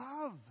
love